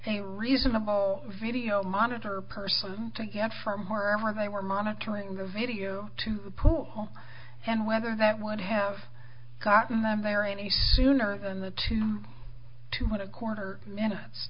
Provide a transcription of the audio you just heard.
a reasonable video monitor person to get from where are they were monitoring the video to the pool and whether that would have gotten them there any sooner than the two to one a corner minutes